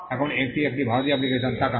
এখন একটি ভারতীয় অ্যাপ্লিকেশন তাকান